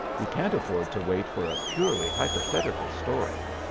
we can't afford to wait for a purely hypothetical story.